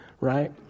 right